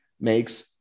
makes